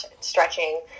stretching